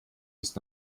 ist